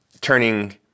turning